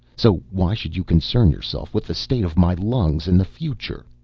so why should you concern yourself with the state of my lungs in the future?